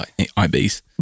IBS